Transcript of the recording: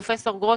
פרופ' גרוטו,